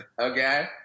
Okay